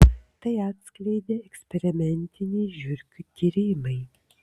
tai atskleidė eksperimentiniai žiurkių tyrimai